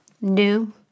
new